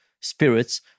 spirits